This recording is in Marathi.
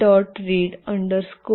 read u16 आणि Z